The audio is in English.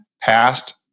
past